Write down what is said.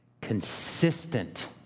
consistent